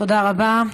תודה רבה.